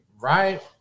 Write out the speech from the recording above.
right